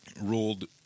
ruled –